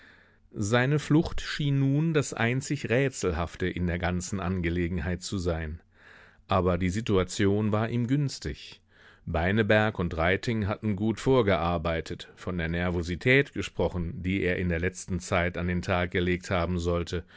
seine flucht schien nun das einzig rätselhafte in der ganzen angelegenheit zu sein aber die situation war ihm günstig beineberg und reiting hatten gut vorgearbeitet von der nervosität gesprochen die er in der letzten zeit an den tag gelegt haben sollte